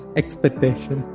expectation